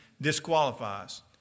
disqualifies